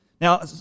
Now